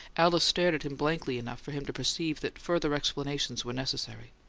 alice stared at him blankly enough for him to perceive that further explanations were necessary.